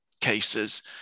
cases